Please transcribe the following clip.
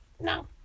No